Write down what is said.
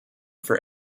for